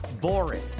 boring